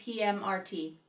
PMRT